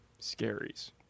Scaries